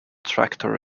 tractor